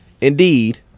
Indeed